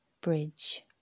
bridge